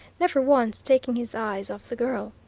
never once taking his eyes off the girl.